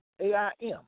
A-I-M